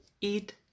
eat